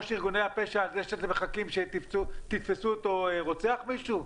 אתם מחכים לתפוס את ראש ארגוני הפשע רוצח מישהו?